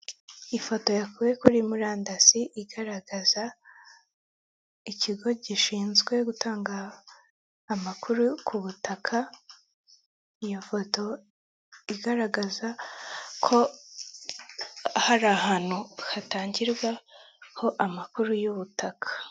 Ahantu ndahabona umuntu mu kayira k'abanyamaguru arimo aragenda bika bigaragara ko hari n'undi muntu wicaye munsi y'umutaka wa emutiyeni ndetse bikaba bigaragara ko uyu muntu acuruza amayinite bikaba binagaragara ko hari imodoka y'umukara ndetse na taransifa y'amashanyarazi.